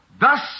Thus